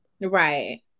Right